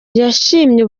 yashimye